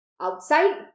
outside